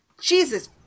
Jesus